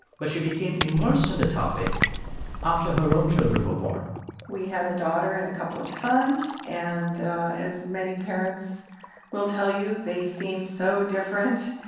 but she became immersed in the topic after her own children were born we had a daughter and a couple of sons. and as many parents will tell you, they seem so different.